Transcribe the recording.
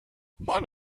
man